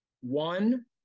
one